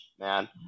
Man